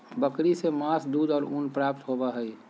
बकरी से मांस, दूध और ऊन प्राप्त होबय हइ